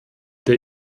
der